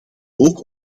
ook